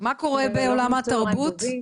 מה קורה בעולם התרבות?